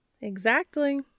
Exactly